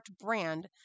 brand